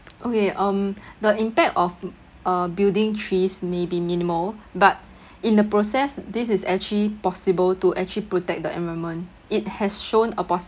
okay um the impact of uh building trees may be minimal but in the process this is actually possible to actually protect the environment it has shown a possibility